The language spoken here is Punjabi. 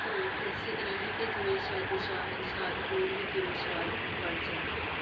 ਇਸੇ ਤਰ੍ਹਾਂ ਹੀ ਕਿ ਜਿਵੇਂ ਸਵਾਦੀ ਸਾ ਸਾਗ ਹੋਰ ਵੀ ਕਿਵੇਂ ਸਵਾਦ ਬਣ ਸਕਦਾ ਹੈ